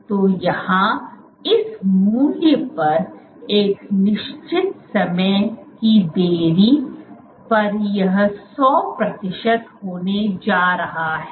तो यहां इस मूल्य परएक निश्चित समय की देरी परयह १०० प्रतिशत होने जा रहा है